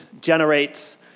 generates